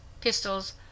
pistols